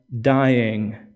dying